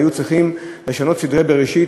היו צריכים לשנות סדרי בראשית,